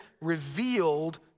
revealed